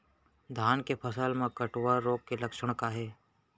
धान के फसल मा कटुआ रोग के लक्षण का हे?